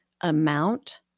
amount